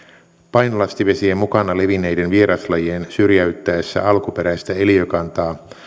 painolastivesien mukana levinneiden vieraslajien syrjäyttäessä alkuperäistä eliökantaa